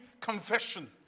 Confession